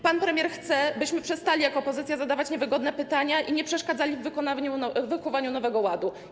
Pan premier chce, byśmy przestali jako opozycja zadawać niewygodne pytania i nie przeszkadzali w wykuwaniu nowego ładu.